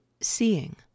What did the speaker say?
seeing